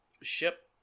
ship